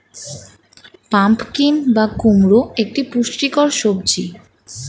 pumpkin বা কুমড়ো একটি পুষ্টিকর সবজি